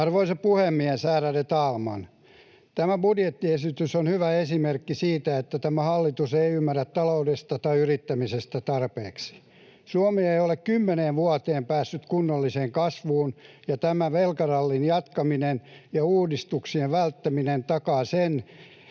Arvoisa puhemies, ärade talman! Tämä budjettiesitys on hyvä esimerkki siitä, että tämä hallitus ei ymmärrä taloudesta tai yrittämisestä tarpeeksi. Suomi ei ole kymmeneen vuoteen päässyt kunnolliseen kasvuun, ja tämä velkarallin jatkaminen ja uudistuksien välttäminen takaa sen,